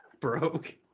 broke